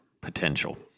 potential